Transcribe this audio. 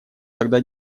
тогда